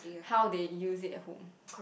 how they use it at home